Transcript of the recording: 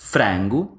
Frango